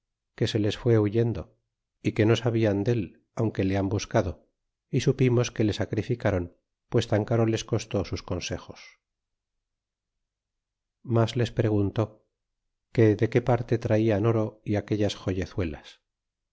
que se les fue huyendo y que no sabian del aunque le han buscado y supimos que le sacrificron pues tan caro les costó sus consejos y mas les preguntó que de que parte traian oro y aquellas